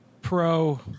pro